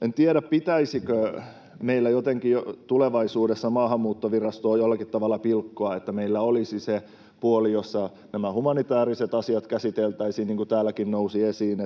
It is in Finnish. En tiedä, pitäisikö meillä tulevaisuudessa Maahanmuuttovirastoa jollakin tavalla pilkkoa niin, että meillä olisi se puoli, jossa nämä humanitääriset asiat käsiteltäisiin — niin kuin täälläkin nousi esiin,